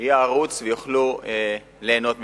יהיה ערוץ, והם יוכלו ליהנות ממנו.